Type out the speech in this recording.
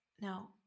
Now